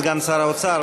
סגן שר האוצר?